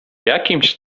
jakimś